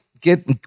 Get